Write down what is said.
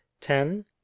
ten